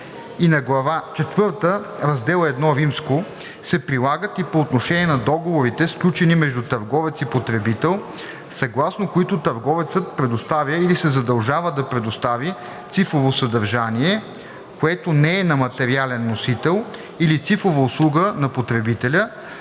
и на глава четвърта, раздел I се прилагат и по отношение на договорите, сключени между търговец и потребител, съгласно които търговецът предоставя или се задължава да предостави цифрово съдържание, което не е на материален носител, или цифрова услуга на потребителя,